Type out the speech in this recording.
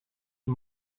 die